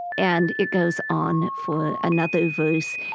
and it goes on for another verse.